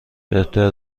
بهتر